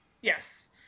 Yes